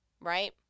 right